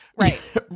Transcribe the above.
Right